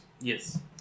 Yes